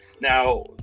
Now